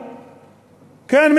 כן,